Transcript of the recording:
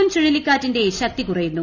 ഉം പുൻ ചുഴലിക്കാറ്റിന്റെ ശക്തി കുറയുന്നു